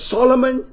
Solomon